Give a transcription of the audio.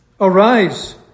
Arise